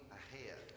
ahead